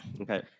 Okay